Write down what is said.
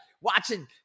watching